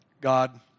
God